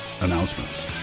announcements